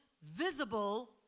Visible